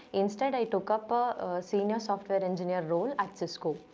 instead, i took up a senior software engineer role at cisco.